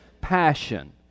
passion